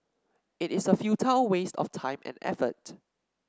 it is a futile waste of time and effort